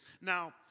Now